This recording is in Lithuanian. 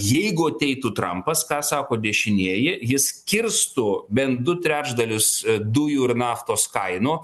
jeigu ateitų trampas ką sako dešinieji jis kirstų bent du trečdalius dujų ir naftos kainų